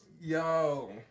yo